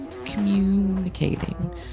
communicating